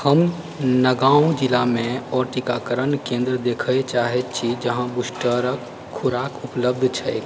हम नगांँव जिलामे ओ टीकाकरण केंद्र देखए चाहैत छी जहाँ बूस्टर कऽ खुराक उपलब्ध छै